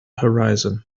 horizon